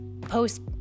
post